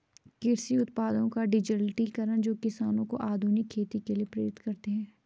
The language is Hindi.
कृषि उत्पादों का डिजिटलीकरण जो किसानों को आधुनिक खेती के लिए प्रेरित करते है